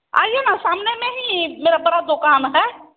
आइए ना सामने में ही मेरी तरफ़ दुकान है